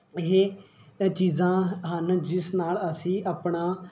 ਇਹ ਚੀਜ਼ਾਂ ਹਨ ਜਿਸ ਨਾਲ ਅਸੀਂ ਆਪਣਾ